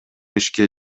ишке